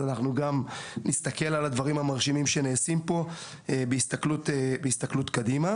אנחנו נסתכל על הדברים המרשימים שנעשים פה בהסתכלות קדימה.